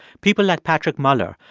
people like patrick moeller,